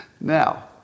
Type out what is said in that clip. Now